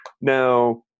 Now